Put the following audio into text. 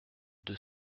deux